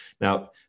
Now